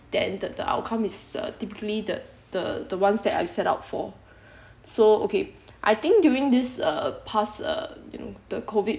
that and the outcome is typically the the ones that I've set up for so okay I think during this uh past uh you know the COVID